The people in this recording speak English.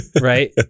right